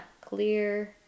clear